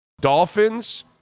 Dolphins